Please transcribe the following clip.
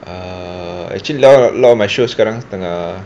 err actually a lot a lot of my shows sekarang tengah